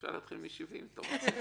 אפשר להתחיל עם 70%. אתה רוצה?